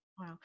Wow